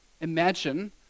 imagine